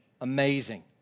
amazing